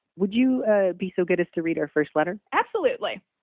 would you be so good as to read our first letter? absolutely.